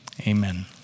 amen